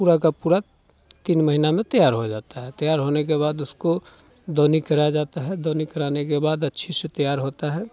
पूरा का पूरा तीन महीना में तैयार हो जाता है तैयार होने के बाद उसको दोनी कराया जाता है दोनी कराने के बाद अच्छे से तैयार होता है